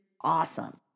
awesome